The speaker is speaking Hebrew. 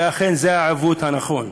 שאכן זה העיוות הנכון.